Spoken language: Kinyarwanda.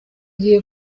gihe